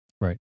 Right